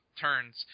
turns